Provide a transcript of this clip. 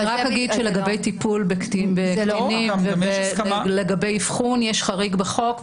אני רק אגיד שלגבי טיפול בקטינים ולגבי אבחון יש חריג בחוק.